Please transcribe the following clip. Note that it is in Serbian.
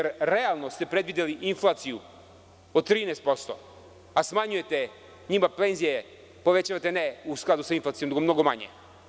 Realno ste predvideli inflaciju od 13%, a smanjujete njima penzije, povećavate, ne u skladu sa inflacijom, nego mnogo manje.